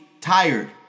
tired